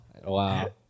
Wow